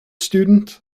student